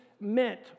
meant